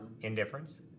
Indifference